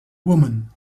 woman